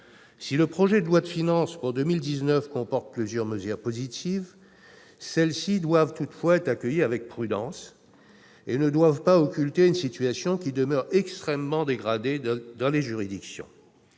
si le projet de loi de finances pour 2019 comporte plusieurs mesures positives, celles-ci doivent toutefois être accueillies avec prudence et ne doivent pas occulter une situation qui demeure extrêmement dégradée dans les juridictions.